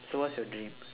so what's your dream